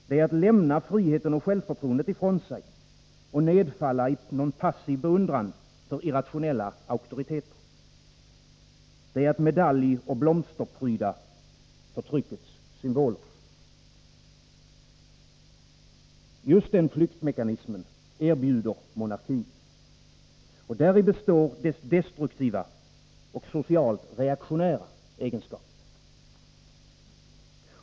Det är att lämna friheten och självförtroendet ifrån sig och nedfalla i passiv beundran för irrationella auktoriteter. Det är att medaljoch blomsterpryda förtryckets symboler. Denna flyktmekanism erbjuder monarkin. Däri består dess destruktiva och socialt reaktionära egenskap.